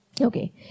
okay